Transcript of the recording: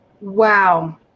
Wow